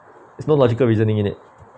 there's no logical reasoning in it